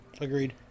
agreed